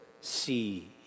see